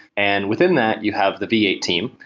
and within that, you have the v eight team,